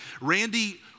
Randy